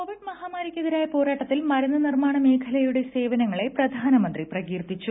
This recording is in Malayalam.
കോവിഡ് മഹാമാരിക്കെതിരായ പോരാട്ടത്തിൽ മരുന്നു നിർമ്മാണ മേഖലയുടെ സേവനങ്ങളെ പ്രധാനമന്ത്രി പ്രകീർത്തിച്ചു